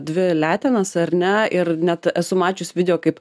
dvi letenas ar ne ir net esu mačius video kaip